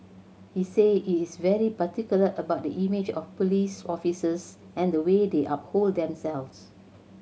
he said he is very particular about the image of police officers and the way they uphold themselves